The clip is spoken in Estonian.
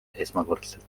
esmakordselt